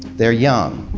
they're young,